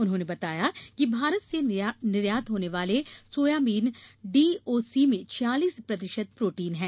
उन्होंने बताया कि भारत से निर्यात होने वाले सोयाबीन डीओसी में छियालीस प्रतिशत प्रोटीन है